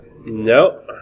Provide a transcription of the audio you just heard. Nope